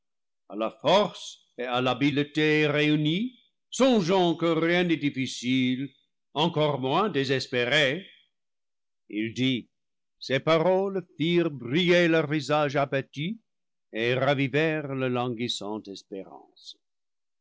à la force et à l'habileté réunies songeons que rien n'est difficile encore moins désespéré il dit ses paroles firent briller leur visage abattu et ravi vèrent leur languissante espérance